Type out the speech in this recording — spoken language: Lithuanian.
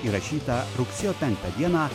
įrašytą rugsėjo penktą dieną